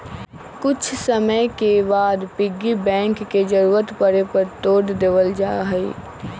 कुछ समय के बाद पिग्गी बैंक के जरूरत पड़े पर तोड देवल जाहई